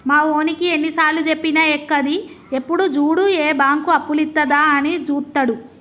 మావోనికి ఎన్నిసార్లుజెప్పినా ఎక్కది, ఎప్పుడు జూడు ఏ బాంకు అప్పులిత్తదా అని జూత్తడు